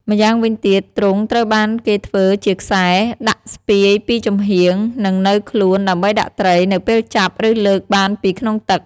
ម្យ៉ាងវិញទៀត ទ្រុងត្រូវបានគេធ្វើជាខ្សែ ដាក់ស្ពាយពីចំហៀង នៅនឹងខ្លួនដើម្បីដាក់ត្រី នៅពេលចាប់ ឬលើកបានពីក្នុងទឹក។